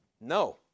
No